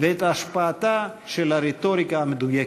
ואת השפעתה של הרטוריקה המדויקת.